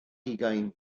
hugain